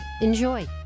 Enjoy